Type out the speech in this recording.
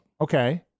Okay